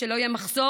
שלא יהיה מחסור,